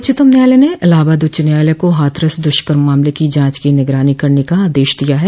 उच्चतम न्यायालय ने इलाहाबाद उच्च न्यायालय को हाथरस द्ष्कर्म मामले की जांच की निगरानी करने का आदेश दिया है